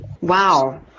Wow